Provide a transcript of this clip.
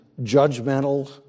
judgmental